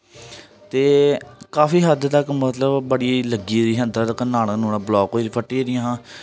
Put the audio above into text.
ते काफी हद्द तक मतलब बड़ी लग्गी गेदी ही अंदर तक नाड़ां नूड़ां ब्लॉक होई गेदी ही फट्टी गेदी हियां